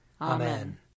Amen